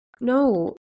no